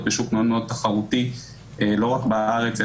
בשוק מאוד מאוד תחרותי לא רק בארץ,